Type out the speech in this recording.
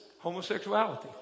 homosexuality